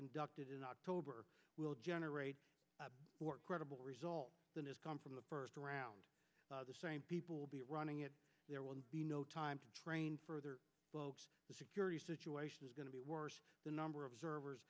conducted in october will generate more credible results than has come from the first round the same people will be running it there will be no time to train further the security situation is going to be worse the number of observers